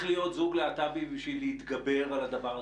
להיות זוג להט"בי כדי להתגבר על הדבר הזה?